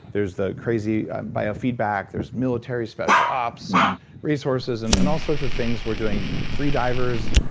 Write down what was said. there's the crazy biofeedback. there's military, special ops, and resources, and and all sorts of things. we're doing freedivers,